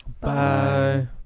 Bye